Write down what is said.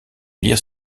lire